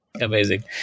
Amazing